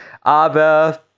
Aber